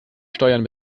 steuern